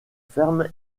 fermes